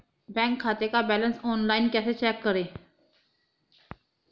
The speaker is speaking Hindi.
बैंक खाते का बैलेंस ऑनलाइन कैसे चेक करें?